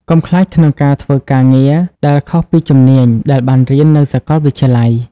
កុំខ្លាចក្នុងការធ្វើការងារដែលខុសពីជំនាញដែលបានរៀននៅសាកលវិទ្យាល័យ។